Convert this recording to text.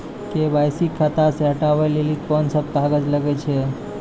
KYC खाता से हटाबै लेली कोंन सब कागज लगे छै?